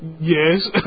Yes